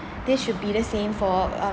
this should be the same for um